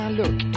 look